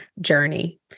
journey